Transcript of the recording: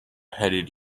headed